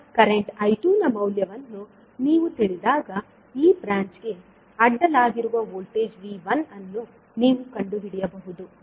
ಈಗ current I2 ನ ಮೌಲ್ಯವನ್ನು ನೀವು ತಿಳಿದಾಗ ಈ ಬ್ರಾಂಚ್ಗೆ ಅಡ್ಡಲಾಗಿರುವ ವೋಲ್ಟೇಜ್ V1 ಅನ್ನು ನೀವು ಕಂಡುಹಿಡಿಯಬಹುದು